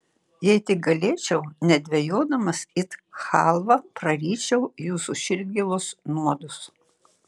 jei tik galėčiau nedvejodamas it chalvą praryčiau jūsų širdgėlos nuodus